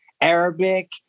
Arabic